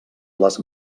les